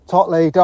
Totley